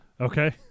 Okay